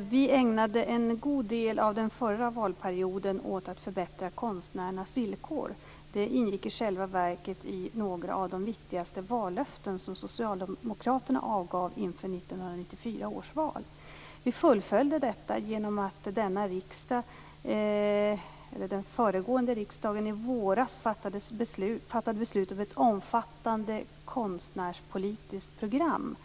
Vi ägnade en god del av den förra valperioden åt att förbättra konstnärernas villkor. Det ingick i själva verket i några av de viktigaste vallöften som Socialdemokraterna avgav inför 1994 års val. Vi fullföljde detta genom att den föregående riksdagen i våras fattade beslut om ett omfattande konstnärspolitiskt program.